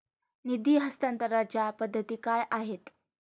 निधी हस्तांतरणाच्या पद्धती काय आहेत?